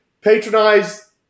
Patronize